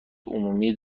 عمومی